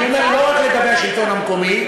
אני אומר לא רק לגבי השלטון המקומי,